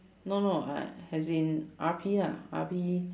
no no uh as in R_P ah R_P